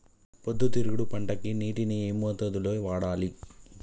పొద్దుతిరుగుడు పంటకి నీటిని ఏ మోతాదు లో వాడాలి?